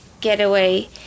getaway